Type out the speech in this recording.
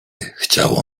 chciało